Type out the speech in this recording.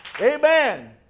Amen